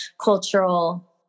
cultural